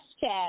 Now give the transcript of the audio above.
chat